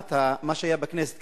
לעומת מה שהיה בכנסת,